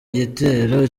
igitero